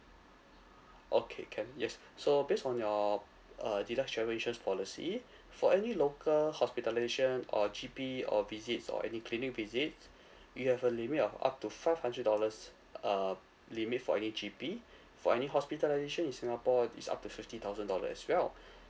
okay can yes so based on your uh deluxe travel insurance policy for any local hospitalisation or G_P or visits or any clinic visits you have a limit of up to five hundred dollars uh limit for any G_P for any hospitalisation in singapore it's up to fifty thousand dollar as well